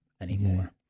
anymore